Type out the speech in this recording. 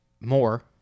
more